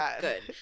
good